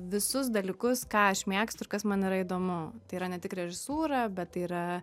visus dalykus ką aš mėgstu ir kas man yra įdomu tai yra ne tik režisūra bet tai yra